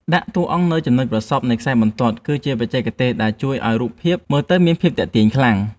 ដាក់តួអង្គនៅចំណុចប្រសព្វនៃខ្សែបន្ទាត់គឺជាបច្ចេកទេសដែលជួយឱ្យរូបភាពមើលទៅមានភាពទាក់ទាញខ្លាំង។